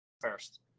first